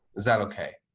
is that okay?